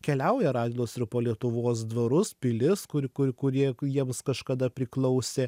keliauja radvilos ir po lietuvos dvarus pilis kažkada priklausė